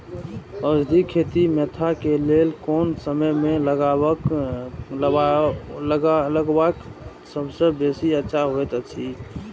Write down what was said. औषधि खेती मेंथा के लेल कोन समय में लगवाक सबसँ बेसी अच्छा होयत अछि?